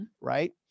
right